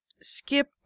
skip